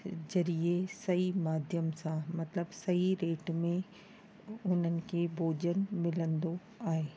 ज़रिए सही माध्यम सां मतिलबु सही रेट में हुननि खे भोजन मिलंदो आहे